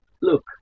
Look